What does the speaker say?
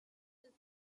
title